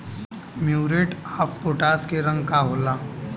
Muriate of potash के रंग का होला?